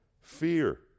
fear